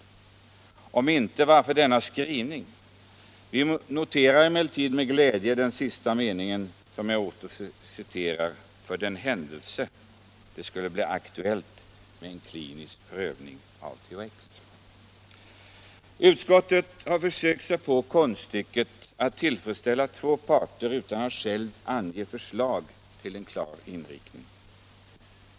Om inte — varför denna skrivning? Vi noterar emellertid med glädje den sista meningen, som jag åter citerar början av: ”För den händelse det skulle bli aktuellt med en klinisk prövning av THX —- Utskottet har försökt sig på konststycket att tillfredsställa två parter utan att självt ange förslag eller en klar inriktning.